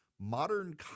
Modern